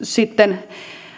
sitten